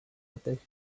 letech